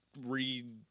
read